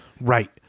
Right